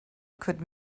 could